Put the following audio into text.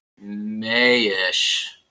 May-ish